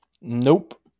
Nope